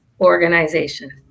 Organization